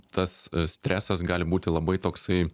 tas stresas gali būti labai toksai